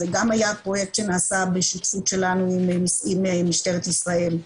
אז זה גם היה פרויקט שנעשה בשיתוף שלנו עם משטרת ישראל.